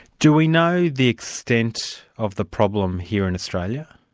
do we know the extent of the problem here in australia?